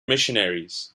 missionaries